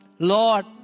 Lord